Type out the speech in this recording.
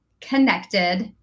connected